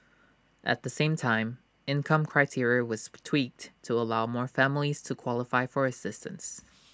at the same time income criteria was tweaked to allow more families to qualify for assistance